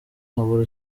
habura